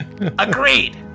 Agreed